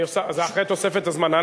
זה אחרי תוספת הזמן.